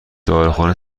داروخانه